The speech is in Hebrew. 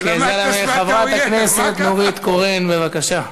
חברת הכנסת נורית קורן, בבקשה.